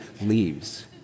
leaves